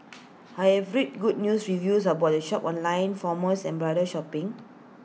I have read good reviews about the shop on online forums on bridal shopping